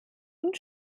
und